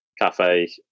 cafe